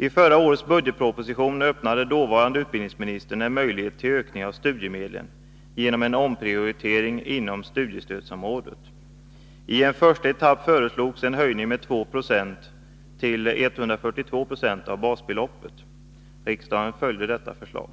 I förra årets budgetproposition öppnade dåvarande utbildningsministern en möjlighet till ökning av studiemedlen genom en omprioritering inom studiestödsområdet. I en första etapp föreslogs en höjning med 2 9 till 142 20 av basbeloppet. Riksdagen följde detta förslag.